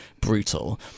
brutal